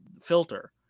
filter